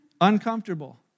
Uncomfortable